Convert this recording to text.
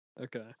Okay